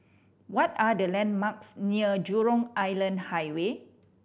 what are the landmarks near Jurong Island Highway